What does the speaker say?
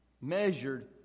measured